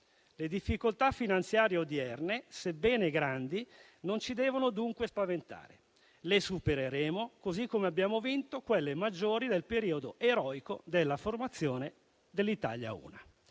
le difficoltà finanziarie odierne, sebbene grandi, non ci devono dunque spaventare. Le supereremo, così come abbiamo vinto quelle maggiori del periodo eroico della formazione dell'Italia.